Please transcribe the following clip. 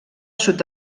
sud